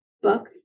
Book